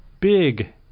big